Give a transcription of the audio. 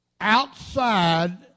outside